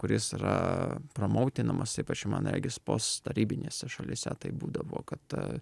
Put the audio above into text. kuris yra pramoutinamas ypač man regis post tarybinėse šalyse taip būdavo kad ta